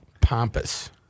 pompous